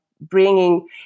bringing